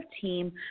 team